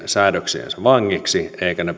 säädöksiensä vangiksi eivätkä ne